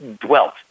dwelt